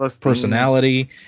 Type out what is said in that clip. personality